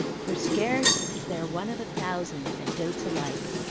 for scarce is there one of a thousand that dotes alike,